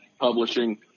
publishing